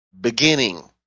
beginning